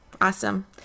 awesome